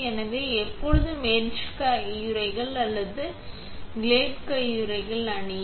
எனவே எப்போதும் எட்ச் கையுறைகள் அல்லது கிளோட் கையுறைகள் அணிய